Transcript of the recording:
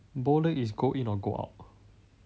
bow leg is go in or go out